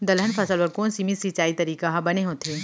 दलहन फसल बर कोन सीमित सिंचाई तरीका ह बने होथे?